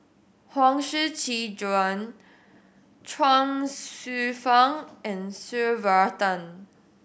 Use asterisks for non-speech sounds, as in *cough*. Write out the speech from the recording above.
Huang Shiqi Joan Chuang Hsueh Fang and *unintelligible* Varathan